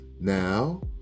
now